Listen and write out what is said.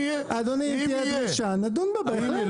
אדוני, אם תהיה דרישה נדון בה, בהחלט.